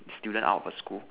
student out of a school